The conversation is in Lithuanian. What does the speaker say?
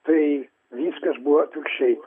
tai viskas buvo atvirkščiai